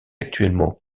actuellement